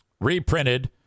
Reprinted